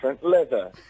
leather